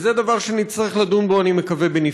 זה דבר שנצטרך לדון בו בנפרד,